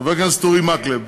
חבר הכנסת אורי מקלב.